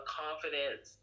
confidence